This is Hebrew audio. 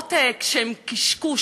אמירות שהן קשקוש,